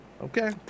okay